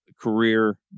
career